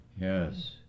Yes